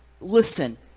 listen